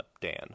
Dan